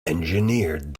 engineered